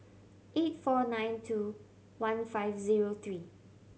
eight four nine two one five zero three